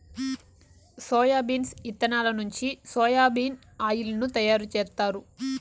soybeans ఇత్తనాల నుంచి soya bean oil ను తయారు జేత్తారు